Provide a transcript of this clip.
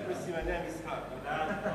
החוקה, חוק ומשפט נתקבלה.